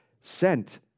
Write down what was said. sent